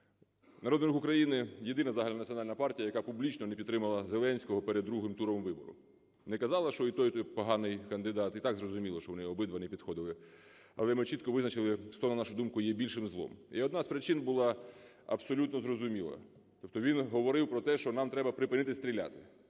Народний Рух України - єдина загальнонаціональна партія, яка публічно не підтримала Зеленського перед другим туром виборів. Не казала, що і той, і той поганий кандидат. І так зрозуміло, що вони обидва не підходили. Але ми чітко визначили, хто, на нашу думку, є більшим злом. І одна з причин була абсолютно зрозуміла, тобто він говорив про те, що нам треба припинити стріляти.